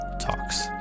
Talks